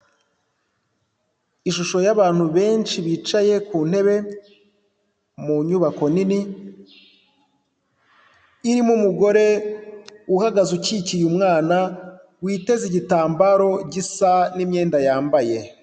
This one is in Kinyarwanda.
Ishusho y'abantu benshi bicaye ku ntebe mu nyubako nini, irimo umugore uhagaze ukikiye umwana witeze igitambaro gisa n'imyenda yambaye.